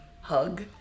hug